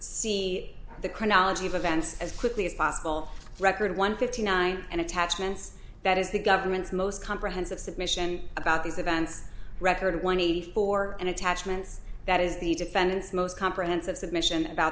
see the chronology of events as quickly as possible record one fifty nine and attachments that is the government's most comprehensive submission about these events record one hundred eighty four and attachments that is the defendant's most comprehensive